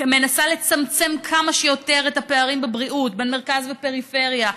ומנסה לצמצם כמה שיותר את הפערים בבריאות בין מרכז ופריפריה.